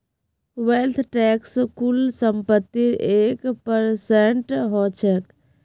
wealth tax कुल संपत्तिर एक परसेंट ह छेक